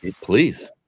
Please